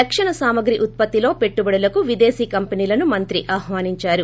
రక్షణ సామాగ్రి ఉత్పత్తిలో పెట్టుబడులకు విదేశీ కంపెనీలను మంత్రి ఆహ్వానించారు